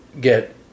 get